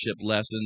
lessons